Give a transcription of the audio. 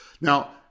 Now